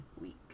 week